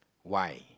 why